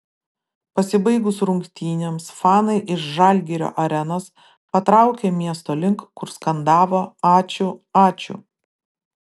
pasibaigus rungtynėms fanai iš žalgirio arenos patraukė miesto link kur skandavo ačiū ačiū